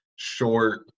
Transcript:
short